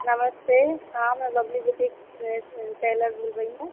नमस्ते हाँ मैं बबली बुटीक टेलर बोल रही हूँ